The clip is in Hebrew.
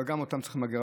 אבל גם את זה צריך למגר.